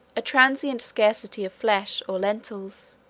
a transient scarcity of flesh or lentils,